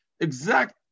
exact